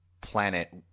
Planet